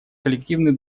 коллективный